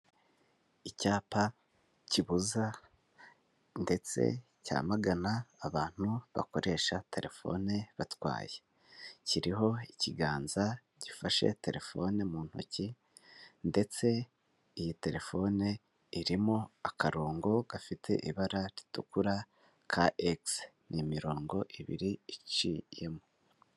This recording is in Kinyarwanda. Icyapa kibuza ndetse cyamagana abantu bakoresha terefone batwaye, kiriho ikiganza gifashe terefone mu ntoki ndetse iyi terefone irimo akarongo gafite ibara ritukura ka egisi, ni imirongo ibiri iciyemo.